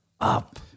up